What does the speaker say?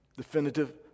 Definitive